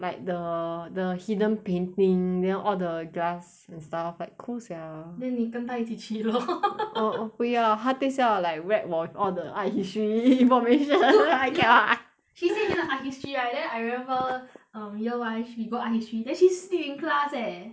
like the the hidden painting then all the glass and stuff like cool sia then 你跟她一起去 lor 我我不要她等下 like rap 我 all the art history formation dude you know I cannot she say she learn art history right then I remember E_O_Y we go art history then she sleep in class leh